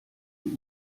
die